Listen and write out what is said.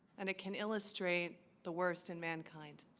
and it can illustrate the worst in mankind